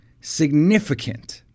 significant